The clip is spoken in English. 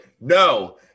No